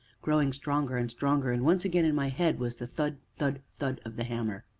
growing stronger and stronger, and, once again, in my head was the thud, thud, thud of the hammer.